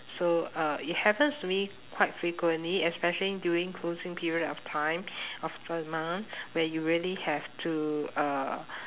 so uh it happens to me quite frequently especially during closing period of time of the month when you really have to uh